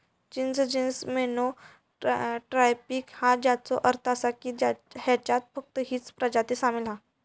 चिंच genes monotypic हा, ज्याचो अर्थ असा की ह्याच्यात फक्त हीच प्रजाती सामील हा